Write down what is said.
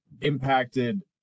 impacted